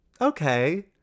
okay